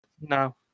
No